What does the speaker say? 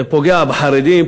זה פוגע בחרדים,